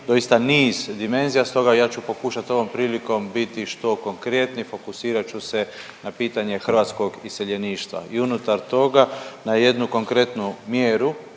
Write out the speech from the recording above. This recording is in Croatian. doista niz dimenzija. Stoga ja ću pokušat ovom prilikom biti što konkretniji i fokusirat ću se na pitanje hrvatskog iseljeništva i unutar toga na jednu konkretnu mjeru